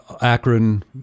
Akron